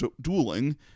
dueling